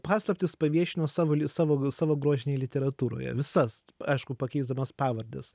paslaptis paviešino savo savo savo grožinėje literatūroje visas aišku pakeisdamas pavardes